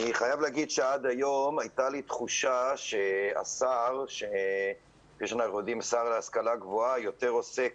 אני חייב להגיד שעד היום היתה לי תחושה שהשר להשכלה גבוהה יותר עוסק